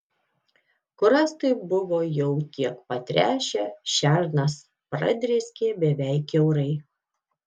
kur rąstai buvo jau kiek patręšę šernas pradrėskė beveik kiaurai